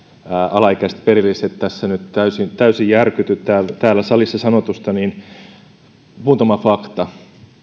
alaikäiset perilliset tässä nyt täysin täysin järkyty täällä täällä salissa sanotusta niin muutama fakta